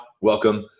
welcome